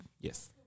Yes